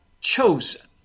chosen